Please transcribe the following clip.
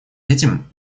этим